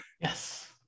Yes